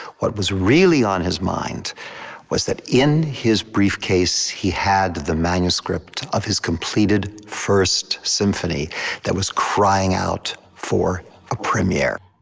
what was really on his mind was that in his briefcase, he had the manuscript of his completed first symphony that was crying out for a premiere.